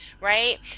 right